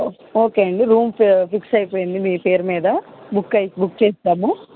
okay అండి room fix అయిపోయింది మీ పేరు మీద బుక్ అయి బుక్ చేస్తాము